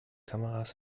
kameras